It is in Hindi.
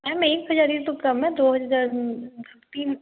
मैम एक हजार ही तो कम है दो हजार तीन